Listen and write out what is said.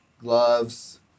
gloves